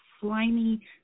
slimy